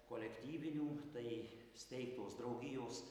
kolektyvinių tai steigtos draugijos